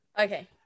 Okay